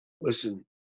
Listen